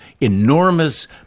enormous